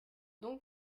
donc